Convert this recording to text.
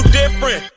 different